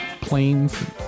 planes